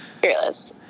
Fearless